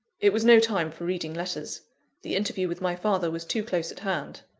it was no time for reading letters the interview with my father was too close at hand.